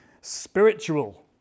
spiritual